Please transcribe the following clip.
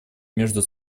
между